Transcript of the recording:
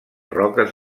roques